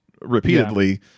repeatedly